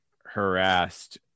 harassed